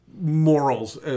morals